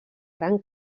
gran